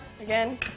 Again